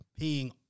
Peeing